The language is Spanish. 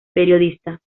periodista